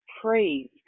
praise